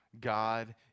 God